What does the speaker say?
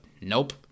nope